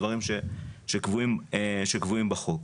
דברים שקבועים בחוק.